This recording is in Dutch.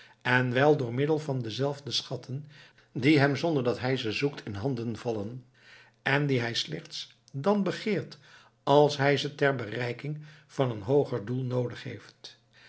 en wel door middel van dezelfde schatten die hem zonder dat hij ze zoekt in handen vallen en die hij slechts dan begeert als hij ze ter bereiking van een hooger doel noodig heeft